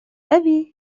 أبي